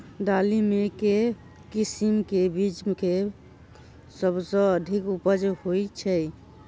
दालि मे केँ किसिम केँ बीज केँ सबसँ अधिक उपज होए छै?